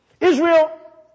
Israel